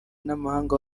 n’amahanga